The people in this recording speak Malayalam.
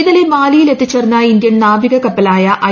ഇന്നലെ മാലിയിൽ എത്തിച്ചേർന്ന ഇന്ത്യൻ നാവിക കപ്പലായ ഐ